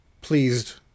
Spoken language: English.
pleased